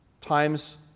times